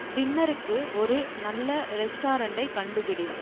டின்னருக்கு ஒரு நல்ல ரெஸ்டாரண்ட்டை கண்டுபிடி